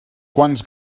quants